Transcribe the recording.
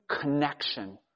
connection